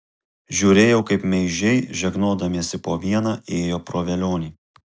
žiūrėjau kaip meižiai žegnodamiesi po vieną ėjo pro velionį